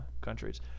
countries